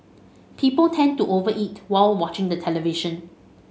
people tend to over eat while watching the television